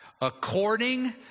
According